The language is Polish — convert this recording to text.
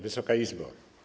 Wysoka Izbo!